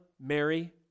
Mary